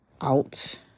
out